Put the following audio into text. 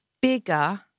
bigger